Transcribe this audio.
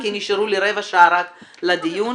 כי נשארה רק רבע שעה לדיון.